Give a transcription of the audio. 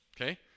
Okay